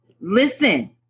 Listen